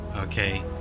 okay